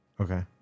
Okay